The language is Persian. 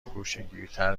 گوشهگیرتر